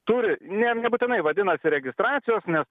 turi ne nebūtinai vadinasi registracijos nes